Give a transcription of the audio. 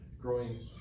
growing